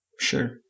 Sure